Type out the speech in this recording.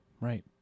Right